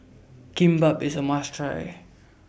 Kimbap IS A must Try